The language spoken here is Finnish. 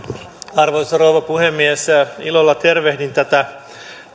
arvoisa rouva puhemies ilolla tervehdin tätä